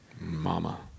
Mama